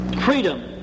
Freedom